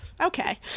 okay